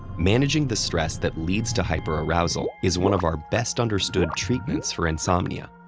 managing the stress that leads to hyperarousal is one of our best-understood treatments for insomnia,